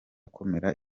komera